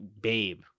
babe